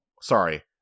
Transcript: Sorry